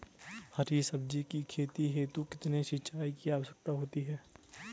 हरी सब्जी की खेती हेतु कितने सिंचाई की आवश्यकता होती है?